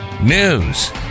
news